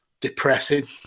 depressing